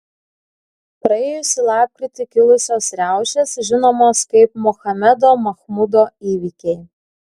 praėjusį lapkritį kilusios riaušės žinomos kaip mohamedo mahmudo įvykiai